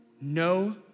no